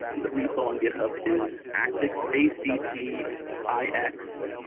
the repo on github is actix, a c t i x.